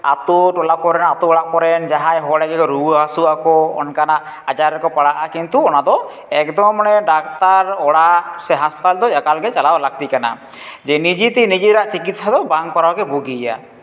ᱟᱛᱳ ᱴᱚᱞᱟ ᱠᱚᱨᱮᱱᱟᱜ ᱟᱛᱳ ᱚᱲᱟᱜ ᱠᱚᱨᱮᱱ ᱡᱟᱦᱟᱸᱭ ᱦᱚᱲ ᱜᱮᱠᱚ ᱨᱩᱣᱟᱹ ᱦᱟᱹᱥᱩᱜ ᱟᱠᱚ ᱚᱱᱠᱟᱱᱟᱜ ᱟᱡᱟᱨ ᱨᱮᱠᱚ ᱯᱟᱲᱟᱜᱼᱟ ᱠᱤᱱᱛᱩ ᱚᱱᱟ ᱫᱚ ᱮᱠᱫᱚᱢ ᱢᱟᱱᱮ ᱰᱟᱠᱛᱟᱨ ᱚᱲᱟᱜ ᱥᱮ ᱦᱟᱥᱯᱟᱛᱟᱞ ᱫᱚ ᱮᱠᱟᱞ ᱜᱮ ᱪᱟᱞᱟᱣ ᱞᱟᱹᱠᱛᱤ ᱠᱟᱱᱟ ᱡᱮ ᱱᱡᱮᱛᱮ ᱱᱤᱡᱮᱨᱟᱜ ᱪᱤᱠᱤᱛᱥᱟ ᱫᱚ ᱵᱟᱝ ᱠᱚᱨᱟᱣ ᱜᱮ ᱵᱩᱜᱤᱭᱟ